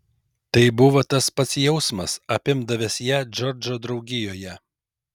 tai buvo tas pats jausmas apimdavęs ją džordžo draugijoje